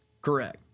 Correct